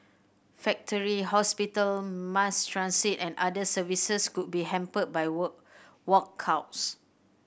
factory hospital mass transit and other services could be hampered by walkouts